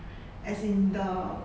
as in the